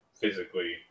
physically